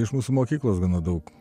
iš mūsų mokyklos gana daug